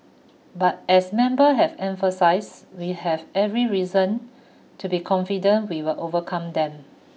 but as member have emphasized we have every reason to be confident we will overcome them